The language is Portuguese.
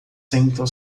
sentam